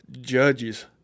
judges